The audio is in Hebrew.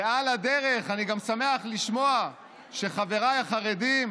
ועל הדרך אני גם שמח לשמוע שחבריי החרדים